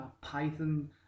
python